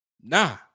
nah